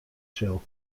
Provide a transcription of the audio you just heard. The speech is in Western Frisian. sil